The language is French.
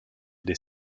des